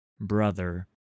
brother